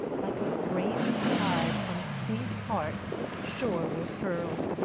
like a great tide from sea-heart shoreward hurled.